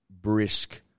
Brisk